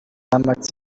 max